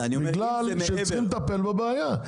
בגלל שצריך לטפל בבעיה.